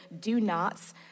do-nots